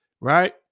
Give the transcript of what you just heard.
Right